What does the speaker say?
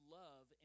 love